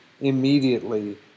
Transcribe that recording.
immediately